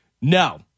No